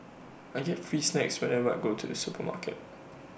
I get free snacks whenever I go to the supermarket